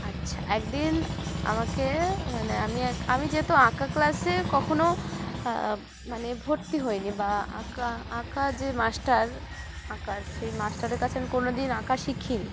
আচ্ছা একদিন আমাকে মানে আমি আমি যেহেতু আঁকা ক্লাসে কখনও মানে ভর্তি হইনি বা আঁকা আঁকা যে মাস্টার আঁকার সেই মাস্টারের কাছে আমি কোনো দিন আঁকা শিখিনি